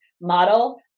model